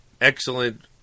Excellent